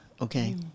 okay